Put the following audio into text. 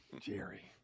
jerry